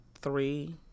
three